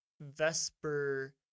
Vesper